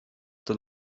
the